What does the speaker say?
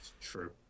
True